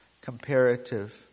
comparative